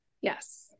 yes